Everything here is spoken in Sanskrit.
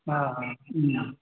हा हा